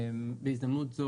בהזדמנות זאת,